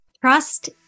Trust